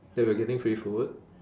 that we're getting free food